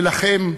ולכם,